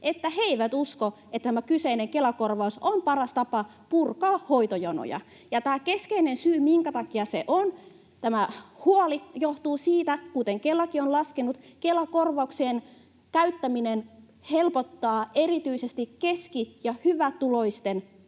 että he eivät usko, että tämä kyseinen Kela-korvaus on paras tapa purkaa hoitojonoja. Keskeinen syy, minkä takia on tämä huoli, johtuu siitä, kuten Kelakin on laskenut, että Kela-korvauksien käyttäminen helpottaa erityisesti keski- ja hyvätuloisten